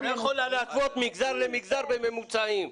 את לא יכולה להשוות מגזר למגזר בממוצעים.